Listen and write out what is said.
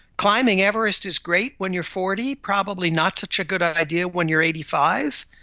climbing everest is great when you're forty, probably not such a good idea when you're eighty five.